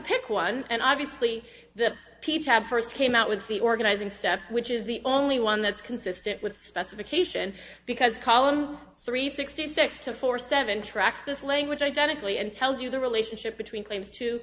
pick one and obviously the people have first came out with the organizing step which is the only one that's consistent with the specification because column three sixty six to four seven tracks this language identically and tells you the relationship between claims t